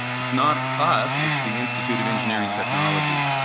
it's not us, it's the institute of engineering technology.